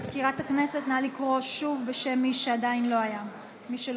מזכירת הכנסת, נא לקרוא שוב בשם מי שלא ענה.